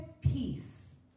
peace